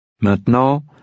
Maintenant